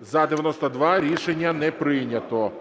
За-92 Рішення не прийнято.